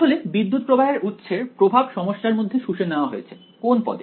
আসলে বিদ্যুত্ প্রবাহের উৎসের প্রভাব সমস্যার মধ্যে শুষে নেওয়া হয়েছে কোন পদে